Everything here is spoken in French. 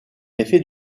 effet